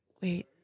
wait